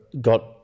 got